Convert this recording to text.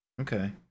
Okay